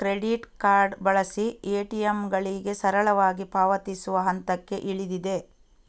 credit card ಬಳಸಿ ಎ.ಟಿ.ಎಂಗಳಿಗೆ ಸರಳವಾಗಿ ಪಾವತಿಸುವ ಹಂತಕ್ಕೆ ಇಳಿದಿದೆ